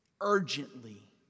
urgently